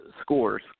scores